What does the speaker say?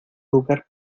lugar